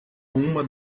uma